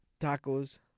tacos